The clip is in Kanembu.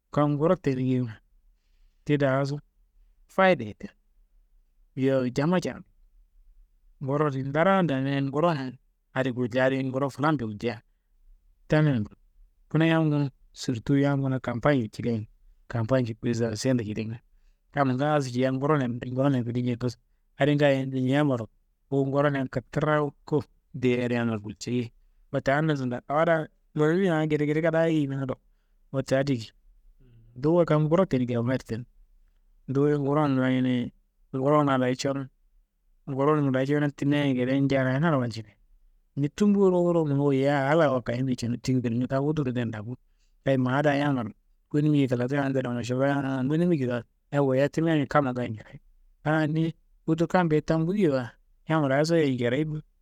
Kam nguro tenu geyiwa, ti daaso fayideye tenu, yowo jamma ca, Nguro di ndaraan damiaye nguronum, adi guljeya adi nguro filambe guljeye tamina ngla wo, kunaa yam laa sirtu yam kunaa kampañe celia adi, kampañ nje prezansiyello, kamma ngaaso ciya nguronero kude, nguronero kude nja ngaaso, adi ngaayan ninyammaro, wu nguronean kittraku deye adi yammaro wuljei. Wote adi nangando, awo daa mananimiwa aa gedegede kadaa yiyi nangando wote adiye geyi. Duwu ye kam nguro tenu geyiwa fayide tenu, duwu ye ngurongu mayineye, nguronga daa curon, nguronuma daa curon timiaye gedeyi njarayinaro waljine, ni tummbo ruwuro cinun woyiya aa laa wakayimi cinum timi gullimia kam uturnum tena daa bo, kayi ma daa yammaro kunimi ye kelafia hamdullayi mašalla an aa kunimi geyiwa sa woyiya timiaye kamma ngaayo gede, aan niyi utur kambe ye tammbu geyiwa yamma daa soyiye njarayi bo.